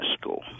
school